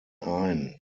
ein